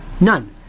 None